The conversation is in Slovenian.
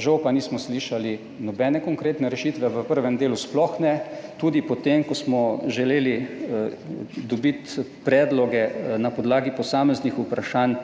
žal pa nismo slišali nobene konkretne rešitve v prvem delu sploh ne. Tudi potem, ko smo želeli dobiti predloge na podlagi posameznih vprašanj,